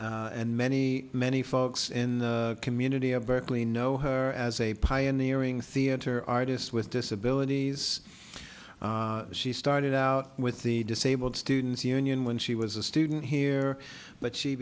wade and many many folks in the community of berkeley know her as a pioneering theatre artist with disabilities she started out with the disabled students union when she was a student here but she